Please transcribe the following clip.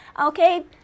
Okay